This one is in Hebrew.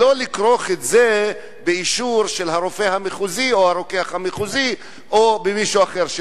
ולא לכרוך את זה באישור של הרופא המחוזי או הרוקח המחוזי או מישהו אחר.